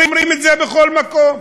אומרים את זה בכל מקום.